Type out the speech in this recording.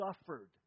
suffered